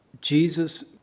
Jesus